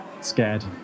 Scared